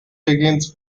begins